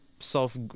self